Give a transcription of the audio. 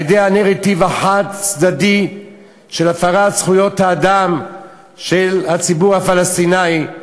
על-ידי הנרטיב החד-צדדי של הפרת זכויות האדם של הציבור הפלסטיני,